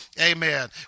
amen